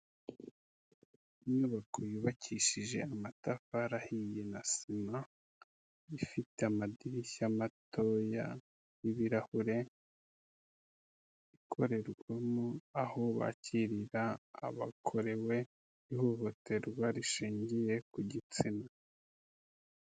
Inyubako yubakishije amatafari ahiye na sima ifite amadirishya matoya y'ibirahure ikorerwamo aho bakirira abakorewe ihohoterwa rishingiye ku gitsina.